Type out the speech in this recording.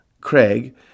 Craig